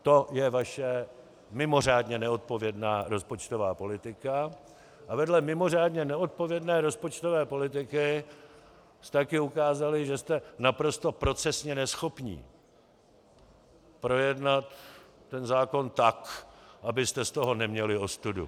To je vaše mimořádně neodpovědná rozpočtová politika a vedle mimořádně neodpovědné rozpočtové politiky jste také ukázali, že jste naprosto procesně neschopní projednat ten zákon tak, abyste z toho neměli ostudu.